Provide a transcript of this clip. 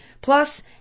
Plus